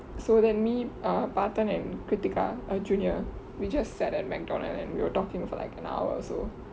so then me err parthen and krithika a junior we just sat at Mcdonald's and we were talking for like an hour or so